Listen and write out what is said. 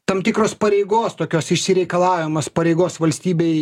tam tikros pareigos tokios išsireikalavimas pareigos valstybei